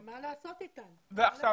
מה לעשות עם הפניות?